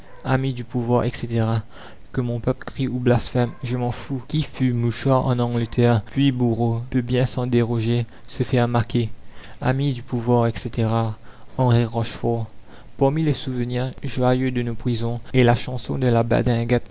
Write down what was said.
amis du pouvoir etc que mon peuple crie ou blasphème je m'en fous qui fut mouchard en angleterre puis bourreau peut bien sans déroger se faire maquer amis du pouvoir etc henri rochefort parmi les souvenirs joyeux de nos prisons est la chanson de la